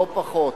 לא פחות,